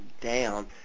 down